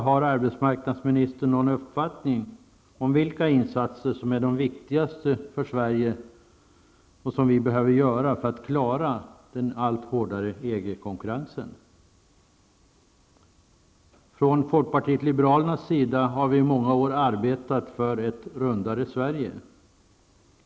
Har arbetsmarknadsministern någon uppfattning om vilka insatser som är de viktigaste för Sverige och som vi behöver göra för att klara en allt hårdare Från folkpartiet liberalernas sida har vi i många år arbetat för ett ''rundare Sverige''.